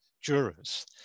jurors